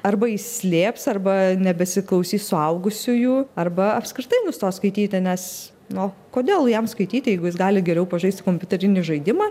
arba įslėps arba nebesiklausys suaugusiųjų arba apskritai nustos skaityti nes nu kodėl jam skaityti jeigu jis gali geriau pažaisti kompiuterinį žaidimą